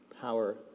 power